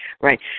right